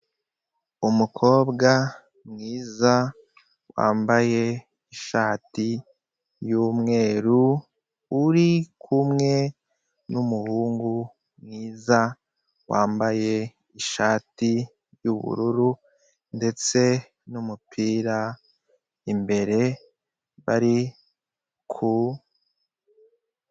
Umukobwa mwiza wambaye ishati y'umweru, uri kumwe n'umuhungu mwiza wambaye ishati y'ubururu, ndetse n'umupira imbere, bari ku.